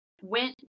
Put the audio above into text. went